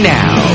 now